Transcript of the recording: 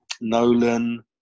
Nolan